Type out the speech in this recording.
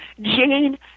Jane